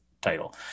title